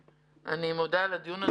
אני מודה על הדיון הזה.